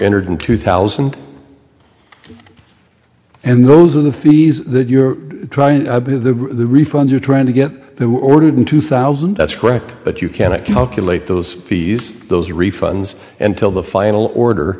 entered in two thousand and those are the fees that you're trying to refund you're trying to get they were ordered in two thousand that's correct but you can't calculate those fees those refunds until the final order